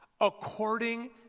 according